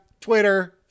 Twitter